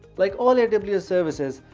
like all aws services,